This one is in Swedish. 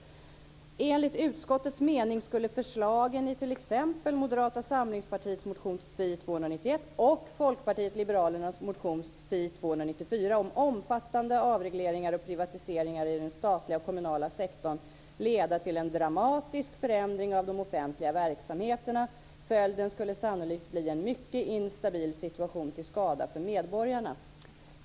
Texten fortsätter: "Enligt utskottets mening skulle förslagen i t.ex. Moderata samlingspartiets motion Fi291 och Folkpartiet liberalernas motion Fi294 om omfattande avregleringar och privatiseringar i den statliga och kommunala sektorn leda till en dramatisk förändring av de offentliga verksamheterna. Följden skulle sannolikt bli en mycket instabil situation till skada för medborgarna."